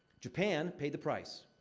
japan paid the price.